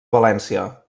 valència